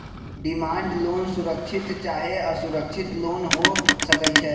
demand loan सुरक्षित चाहे असुरक्षित लोन हो सकइ छै